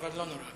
אבל לא נורא.